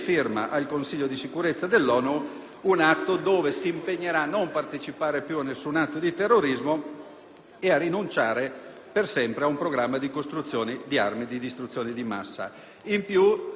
ed a rinunciare per sempre a programmi di costruzione di armi di distruzione di massa; inoltre, essa si impegna a concedere un risarcimento dei danni a tutte le vittime degli attentati che l'hanno vista più o meno coinvolta.